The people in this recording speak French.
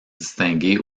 distingué